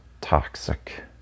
toxic